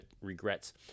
regrets